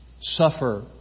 suffer